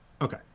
Okay